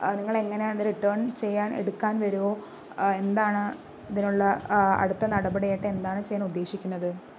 നിങ്ങളെങ്ങനെയാ അത് റിട്ടേണ് ചെയ്യാന് എടുക്കാന് വരുമോ എന്താണ് ഇതിനുള്ള അടുത്ത നടപടി ആയിട്ട് എന്താണ് ചെയ്യാന് ഉദ്ദേശിക്കുന്നത്